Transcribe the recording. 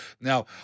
Now